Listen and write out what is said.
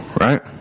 right